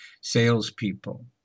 salespeople